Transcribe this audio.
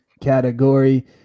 category